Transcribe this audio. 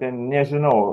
ten nežinau